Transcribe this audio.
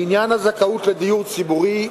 לעניין הזכאות לדיור ציבורי,